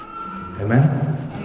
Amen